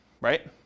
right